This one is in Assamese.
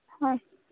হয়